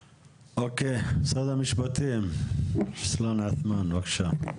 אוקיי, משרד המשפטים, רוסלאן עותמאן, בבקשה.